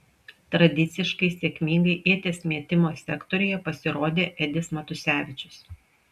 tradiciškai sėkmingai ieties metimo sektoriuje pasirodė edis matusevičius